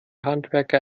handwerker